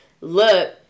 look